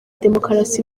demokarasi